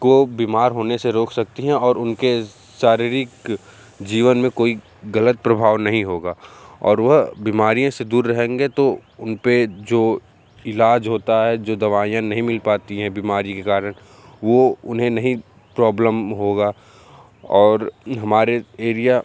को बीमार होने से रोक सकतीं हैं और उनके शारीरिक जीवन में कोई ग़लत प्रभाव नहीं होगा और वह बीमारियों से दूर रहेंगे तो उन पर जो इलाज होता है जो दवाइयाँ नहीं मिल पाती हैं बीमारी के कारण वो उन्हें नहीं प्रॉब्लम होगा और हमारे एरिया